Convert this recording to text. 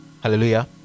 hallelujah